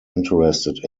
interested